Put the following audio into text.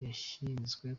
yashyizwe